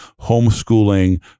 homeschooling